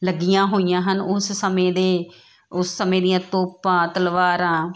ਲੱਗੀਆਂ ਹੋਈਆਂ ਹਨ ਉਸ ਸਮੇਂ ਦੇ ਉਸ ਸਮੇਂ ਦੀਆਂ ਤੋਪਾਂ ਤਲਵਾਰਾਂ